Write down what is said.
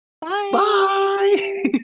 Bye